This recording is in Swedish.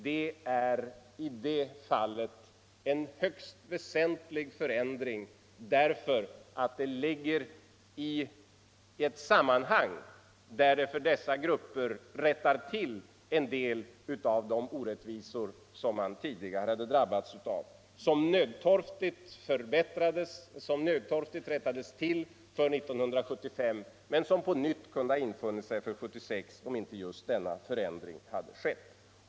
Det är i det fallet en högst väsentlig förändring, därför att den ligger i ett sammanhang där den för dessa grupper rättar till en del av de orättvisor som man tidigare drabbats av och som nödtorftigt rättades till för 1975 men som på nytt kunde ha infunnit sig 1976, om inte just denna förändring hade skett.